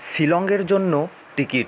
শিলংয়ের জন্য টিকিট